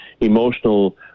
emotional